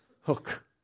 hook